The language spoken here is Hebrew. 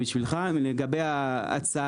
גבוה.